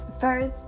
first